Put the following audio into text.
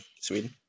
Sweden